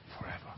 forever